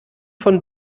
von